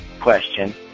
question